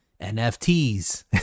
NFTs